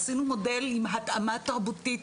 עשינו מודל עם התאמה תרבותית,